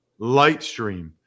Lightstream